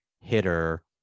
hitter